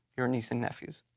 your niece and nephews.